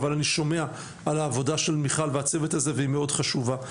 אבל אני שומע על העבודה של מיכל והצוות הזה שהיא מאוד חשובה.